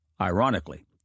Ironically